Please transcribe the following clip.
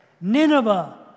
Nineveh